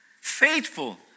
Faithful